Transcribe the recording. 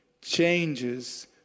changes